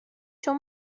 چون